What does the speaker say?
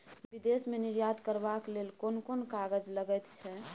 विदेश मे निर्यात करबाक लेल कोन कोन कागज लगैत छै